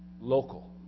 local